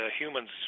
humans